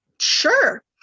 Sure